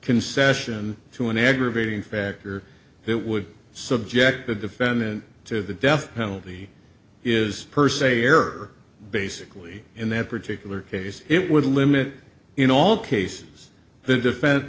concession to an aggravating factor that would subject the defendant to the death penalty is per se err basically in that particular case it would limit in all cases the defen